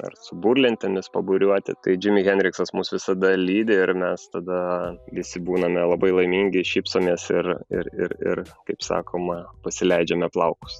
ar su burlentėmis paburiuoti tai džimi hendriksas mus visada lydi ir mes tada visi būname labai laimingi šypsomės ir ir ir kaip sakoma pasileidžiame plaukus